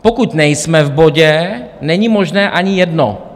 Pokud nejsme v bodě, není možné ani jedno.